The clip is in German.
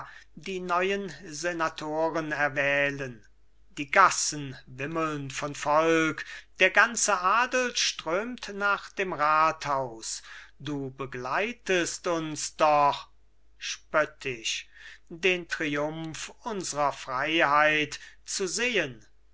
die neuen senatoren erwählen die gassen wimmeln von volk der ganze adel strömt nach dem rathaus du begleitest uns doch spöttisch den triumph unsrer freiheit zu sehen